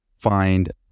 find